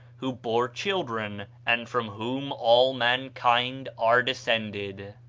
who bore children, and from whom all mankind are descended.